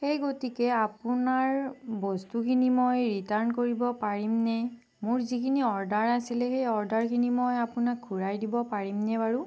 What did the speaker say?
সেই গতিকে আপোনাৰ বস্তুখিনি মই ৰিটাৰ্ণ কৰিব পাৰিমনে মোৰ যিখিনি অৰ্ডাৰ আছিলে সেই অৰ্ডাৰখিনি মই আপোনাক ঘূৰাই দিব পাৰিমনে বাৰু